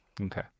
Okay